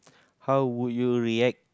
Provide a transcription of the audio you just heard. how would you react